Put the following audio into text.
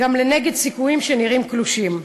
גם לנגד סיכויים שנראים קלושים.